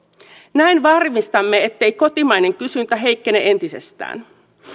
näin varmistamme ettei kotimainen kysyntä heikkene entisestään